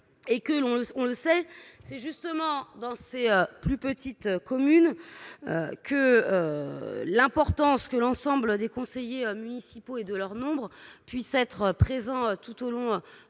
et que l'on le, on le sait, c'est justement dans ces plus petites communes que l'importance que l'ensemble des conseillers municipaux et de leurs nombres puissent être présents tout au long,